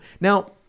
Now